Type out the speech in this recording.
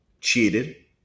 cheated